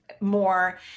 more